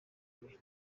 iwe